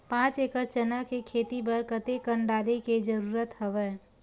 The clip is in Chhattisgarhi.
पांच एकड़ चना के खेती बर कते कन डाले के जरूरत हवय?